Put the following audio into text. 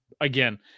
again